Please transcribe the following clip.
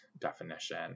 definition